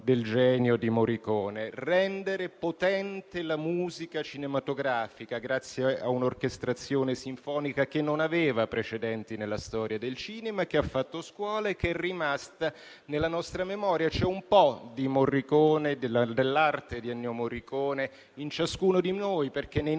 del genio di Morricone: rendere potente la musica cinematografica grazie a un'orchestrazione sinfonica che non aveva precedenti nella storia del cinema, che ha fatto scuola e che è rimasta nella nostra memoria. C'è un po' dell'arte di Ennio Morricone in ciascuno di noi perché nei